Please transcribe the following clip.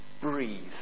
breathe